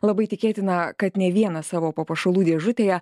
labai tikėtina kad ne vienas savo papuošalų dėžutėje